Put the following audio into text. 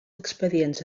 expedients